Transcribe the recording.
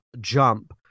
jump